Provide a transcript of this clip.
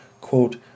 quote